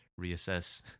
reassess